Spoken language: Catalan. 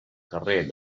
carrer